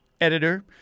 Editor